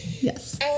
yes